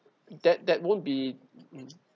that that won't be